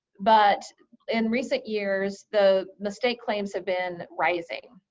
but in recent years, the mistake claims have been rising,